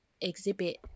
exhibit